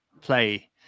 play